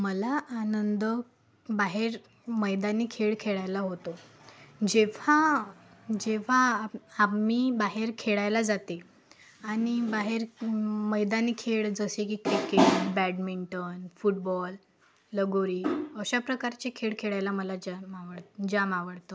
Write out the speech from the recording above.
मला आनंद बाहेर मैदानी खेळ खेळायला होतो जेव्हाजेव्हा आम्ही बाहेर खेळायला जाते आणि बाहेर मैदानी खेळ जसे की क्रिकेट बॅडमिंटन फुटबॉल लगोरी अशा प्रकारचे खेळ खेळायला मला जाम आवड जाम आवडतं